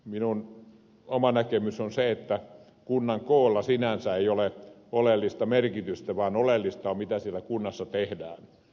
minun oma näkemykseni on se että kunnan koolla sinänsä ei ole oleellista merkitystä vaan oleellista on mitä siellä kunnassa tehdään